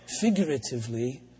Figuratively